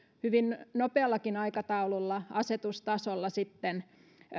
hyvin nopeallakin aikataululla asetustasolla sitten